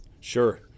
Sure